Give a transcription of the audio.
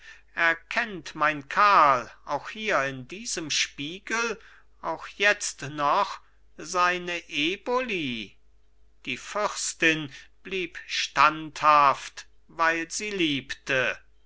erkennt mein karl auch hier in diesem spiegel auch jetzt noch seine eboli die fürstin blieb standhaft weil sie liebte